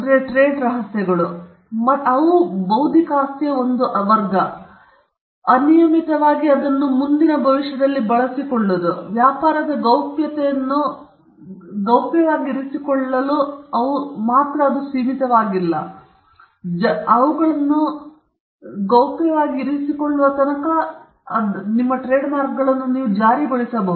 trade ರಹಸ್ಯಗಳು ಅವುಗಳು ಮತ್ತೆ ಬೌದ್ಧಿಕ ಆಸ್ತಿಯ ಒಂದು ವರ್ಗವು ಅನಿಯಮಿತ ಜೀವನ ಐಪಿನಲ್ಲಿ ಬೀಳುತ್ತದೆ ನೀವು ವ್ಯಾಪಾರದ ಗೌಪ್ಯತೆಯನ್ನು ಗೌಪ್ಯವಾಗಿ ಇರಿಸಿಕೊಳ್ಳುವುದಾದರೆ ಅವುಗಳು ಸೀಮಿತವಾಗಿಲ್ಲ ನಂತರ ಅವುಗಳನ್ನು ಗೌಪ್ಯವಾಗಿ ಇರಿಸಿಕೊಳ್ಳುವವರೆಗೆ ನೀವು ಅದನ್ನು ಜಾರಿಗೊಳಿಸಬಹುದು